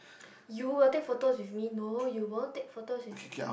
you will take photos with me no you won't take photos with